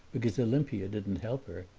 because olimpia didn't help her.